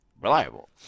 reliable